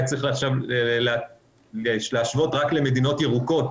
צריך עכשיו להשוות רק למדינות ירוקות